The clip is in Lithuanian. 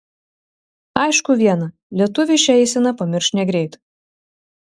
aišku viena lietuviai šią eiseną pamirš negreit